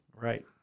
Right